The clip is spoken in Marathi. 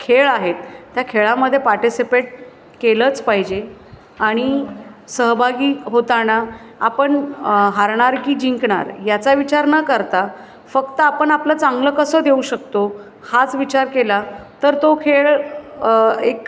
खेळ आहेत त्या खेळामध्ये पार्टिसिपेट केलंच पाहिजे आणि सहभागी होताना आपण हारणार की जिंकणार याचा विचार न करता फक्त आपण आपलं चांगलं कसं देऊ शकतो हाच विचार केला तर तो खेळ एक